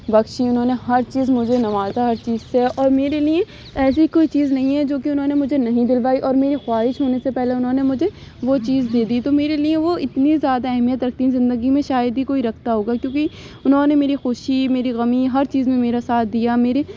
بخشیں انہوں نے ہر چیز مجھے نوازا ہر چیز سے اور میرے لیے ایسی کوئی چیز نہیں ہے جو کہ انہوں نے مجھے نہیں دلوائی اور میری خواہش ہونے سے پہلے انہوں نے مجھے وہ چیز دے دی تو میرے لیے وہ اتنی زیادہ اہمیت رکھتی ہے زندگی میں شاید ہی کوئی رکھتا ہوگا کیونکہ انہوں نے میری خوشی میری غمی ہر چیز میں میرا ساتھ دیا میرے